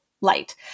light